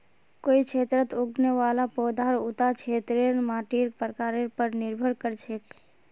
कोई क्षेत्रत उगने वाला पौधार उता क्षेत्रेर मातीर प्रकारेर पर निर्भर कर छेक